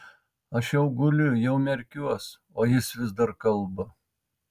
aš jau guliu jau merkiuos o jis vis dar kalba